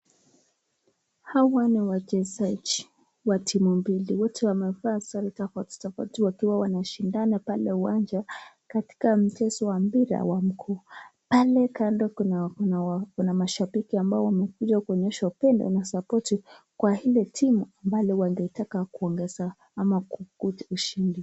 Hawa ni wachezaji wa team mbili, wote wamevaa sare tofautitofauti wakiwa wanashindana pale uwanja katika mchezo wa mpira wa mguu, pale kando kuna mashabiki ambao wamekuja kuonyesha upendo na sapoti kwa ile team ambalo wangeitaka kuongeza ama kukuja ushindi.